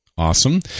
Awesome